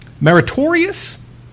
meritorious